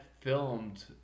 filmed